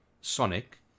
Sonic